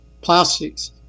plastics